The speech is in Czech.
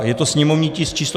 Je to sněmovní tisk číslo 657.